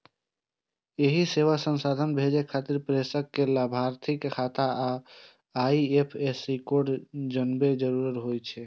एहि सेवा सं धन भेजै खातिर प्रेषक कें लाभार्थीक खाता आ आई.एफ.एस कोड जानब जरूरी होइ छै